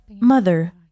Mother